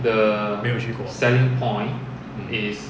没有去过